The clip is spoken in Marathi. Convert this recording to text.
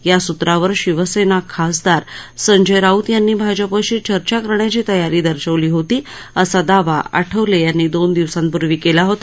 या सूत्रावर शिवसेना खासदार संजय राऊत यांनी भाजपाशी चर्चा करण्याची तयारी दर्शवली होती असा दावा आठवले यांनी दोन दिवसांपूर्वी केला होता